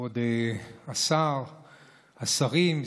כבוד השרים,